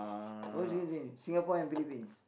who's going to win Singapore and Philippines